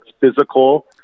physical